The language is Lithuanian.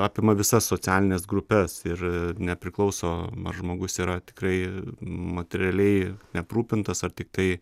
apima visas socialines grupes ir nepriklauso ar žmogus yra tikrai materialiai aprūpintas ar tiktai